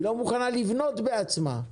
היא לא מוכנה לבנות בעצמה,